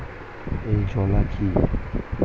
Azolla কি?